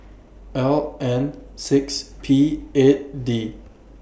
L N six P eight D